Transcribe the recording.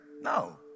no